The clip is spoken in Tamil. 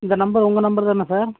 இந்த நம்பர் உங்கள் நம்பர் தானே சார்